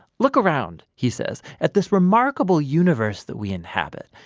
look around, he says, at this remarkable universe that we inhabit.